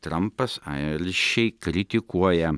trampas aršiai kritikuoja